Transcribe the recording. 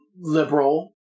liberal